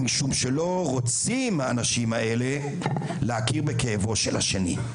משום שלא רוצים האנשים האלה להכיר בכאבו של השני,